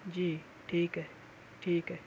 جی ٹھیک ہے ٹھیک ہے